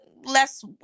less